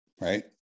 Right